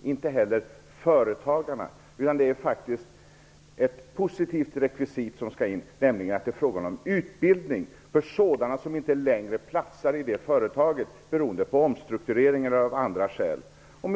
och inte heller företagarna. Det är faktiskt ett positivt rekvisit som skall in, nämligen att det är fråga om utbildning för sådana som inte längre platsar i det företaget beroende på omstrukturering eller andra omständigheter.